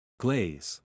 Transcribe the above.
Glaze